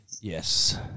Yes